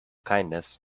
kindness